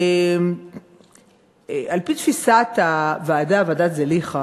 על-פי תפיסת ועדת זליכה,